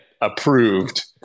approved